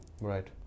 Right